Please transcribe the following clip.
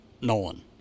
Nolan